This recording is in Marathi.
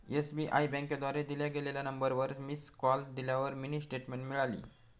एस.बी.आई बँकेद्वारे दिल्या गेलेल्या नंबरवर मिस कॉल दिल्यावर मिनी स्टेटमेंट मिळाली